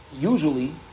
Usually